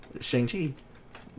Shang-Chi